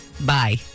Bye